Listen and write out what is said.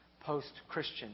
post-Christian